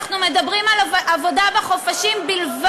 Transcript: אנחנו מדברים על עבודה בחופשים בלבד.